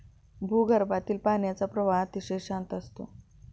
भूगर्भातील पाण्याचा प्रवाह अतिशय शांत असतो